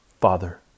father